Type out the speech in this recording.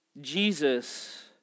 Jesus